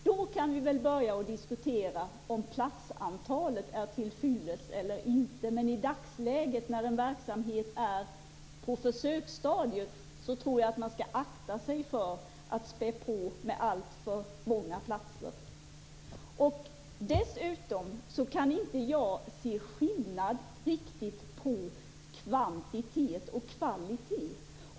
Då kan vi väl börja diskutera om platsantalet är till fyllest eller inte, men i dagsläget när verksamheten är på försöksstadiet tror jag att man skall akta sig för att spä på med alltför många platser. Dessutom kan jag inte riktigt se skillnad på kvantitet och kvalitet.